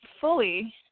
fully